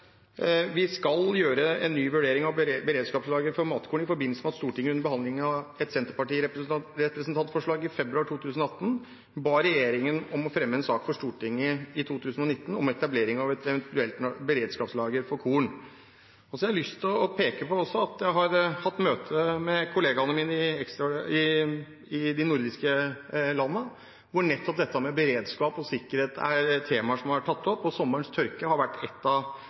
Stortinget under behandlingen av et representantforslag fra Senterpartiet i februar 2018 ba regjeringen om å fremme en sak for Stortinget i 2019 om etablering av et eventuelt beredskapslager for korn. Jeg har også lyst til å peke på at jeg har hatt møte med kollegaene mine i de nordiske landene hvor nettopp dette med beredskap og sikkerhet var temaer som ble tatt opp, og sommerens tørke har vært ett av